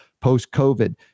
post-COVID